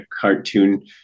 cartoon